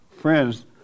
friends